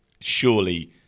surely